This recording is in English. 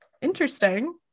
interesting